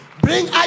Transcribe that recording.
Bring